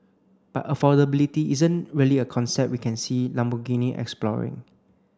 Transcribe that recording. but affordability isn't really a concept we can see Lamborghini exploring